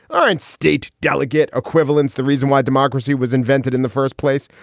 all right, state delegate equivalence. the reason why democracy was invented in the first place.